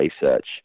research